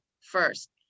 first